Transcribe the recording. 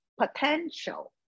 potential